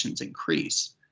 increase